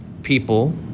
PEOPLE